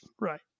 right